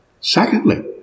Secondly